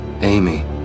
Amy